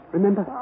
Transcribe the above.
Remember